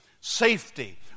safety